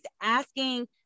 asking